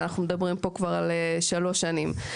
ואנחנו מדברים פה כבר על שלוש שנים.